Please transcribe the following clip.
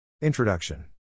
Introduction